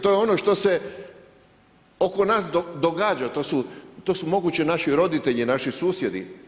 To je ono što se oko nas događa, to su mogući naši roditelji, naši susjedi.